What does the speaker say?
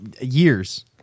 years